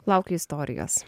laukiu istorijos